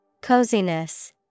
Coziness